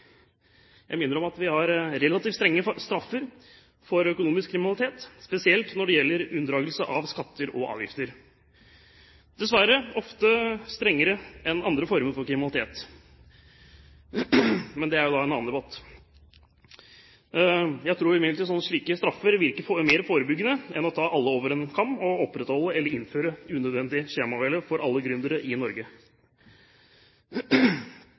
Jeg minner om at vi har relativt strenge straffer for økonomisk kriminalitet, spesielt når det gjelder unndragelser av skatter og avgifter, dessverre ofte strengere enn ved andre former for kriminalitet, men det er jo en annen debatt. Jeg tror imidlertid slike straffer virker mer forebyggende enn å skjære alle over en kam og opprettholde – eller innføre – unødvendig skjemavelde for alle gründere i Norge.